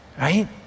right